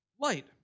Light